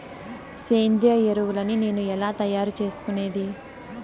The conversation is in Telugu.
సేంద్రియ ఎరువులని నేను ఎలా తయారు చేసుకునేది?